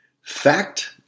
Fact